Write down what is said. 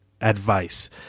advice